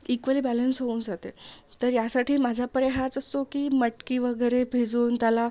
equally balance होऊन जाते तर यासाठी माझा पर्याय हाच असतो की मटकी वगैरे भिजवून त्याला